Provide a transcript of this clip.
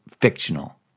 fictional